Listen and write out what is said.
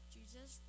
Jesus